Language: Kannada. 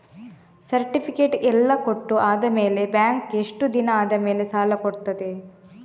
ಸರ್ಟಿಫಿಕೇಟ್ ಎಲ್ಲಾ ಕೊಟ್ಟು ಆದಮೇಲೆ ಬ್ಯಾಂಕ್ ಎಷ್ಟು ದಿನ ಆದಮೇಲೆ ಸಾಲ ಕೊಡ್ತದೆ?